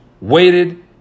waited